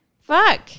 Fuck